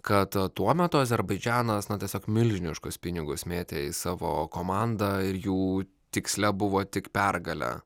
kad tuo metu azerbaidžanas na tiesiog milžiniškus pinigus mėtė į savo komandą ir jų tiksle buvo tik pergalę